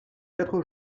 quatre